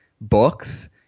books